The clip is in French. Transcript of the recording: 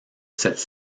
cette